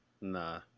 Nah